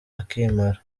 akimara